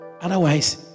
Otherwise